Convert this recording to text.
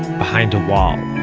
behind a wall.